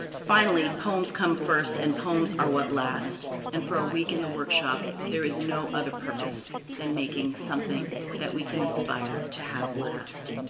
finally, poems come first and poems are what last and for a week in the workshop. there is no other purpose than making something that we can aspire to have last.